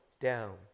down